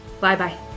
bye-bye